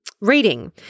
reading